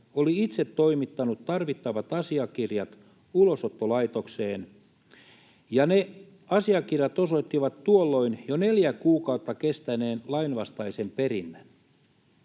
oli itse toimittanut tarvittavat asiakirjat Ulosottolaitokseen, ja ne asiakirjat osoittivat tuolloin jo 4 kuukautta kestäneen lainvastaisen perinnän.